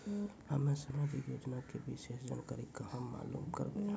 हम्मे समाजिक योजना के विशेष जानकारी कहाँ मालूम करबै?